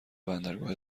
بندرگاه